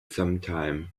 sometime